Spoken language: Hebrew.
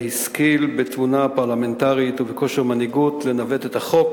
שהשכיל בתבונה פרלמנטרית ובכושר מנהיגות לנווט את החוק